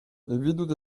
evidout